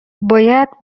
باید